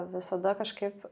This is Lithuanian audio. visada kažkaip